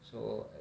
so